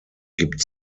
gibt